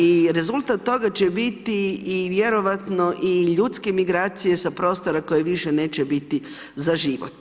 I rezultat toga će biti i vjerojatno i ljudske migracije sa prostora koje više neće biti za život.